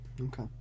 okay